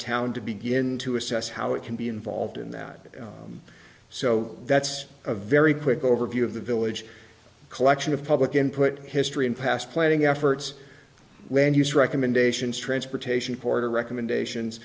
town to begin to assess how it can be involved in that so that's a very quick overview of the village collection of public input history and past planning efforts land use recommendations transportation porter recommendations